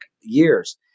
years